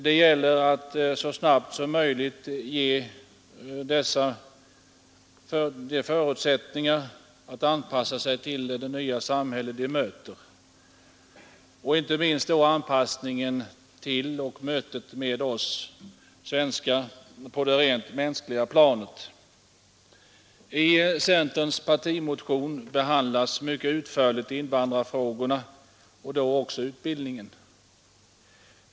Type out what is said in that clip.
Det gäller att så snabbt som möjligt ge dem förutsättningar att anpassa sig till det nya samhälle de möter, inte minst då anpassningen till och mötet med oss svenskar på det rent mänskliga planet. I centerns partimotion behandlas mycket utförligt invandrarfrågorna, och då också utbildningen.